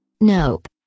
Nope